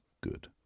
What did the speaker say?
good